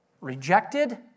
rejected